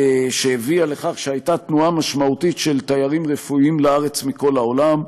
שהביאה לכך שהייתה תנועה משמעותית של תיירים רפואיים לארץ מכל העולם.